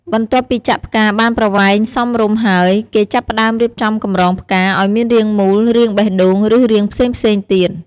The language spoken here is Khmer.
បន្ទាប់ពីចាក់ផ្កាបានប្រវែងសមរម្យហើយ គេចាប់ផ្ដើមរៀបចំកម្រងផ្កា ឲ្យមានរាងមូល រាងបេះដូង ឬរាងផ្សេងៗទៀត។